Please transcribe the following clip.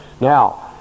now